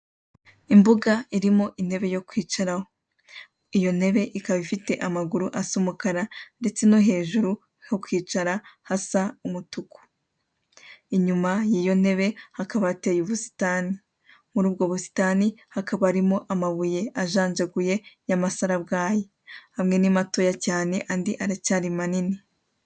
Imbuga irimo intebe yo kwicaraho. Iyo ntebe ikaba ifite amaguru asa umukara ndetse no hejuru ho kwicara hasa umutuku. Inyuma y'iyo ntebe hakaba hateye ubusitani. Muri ubwo busitani hakaba harimo amabuye ajanjaguye y'amasarabwayi, amwe ni matoya cyane andi aracyari manini.